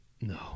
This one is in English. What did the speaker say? No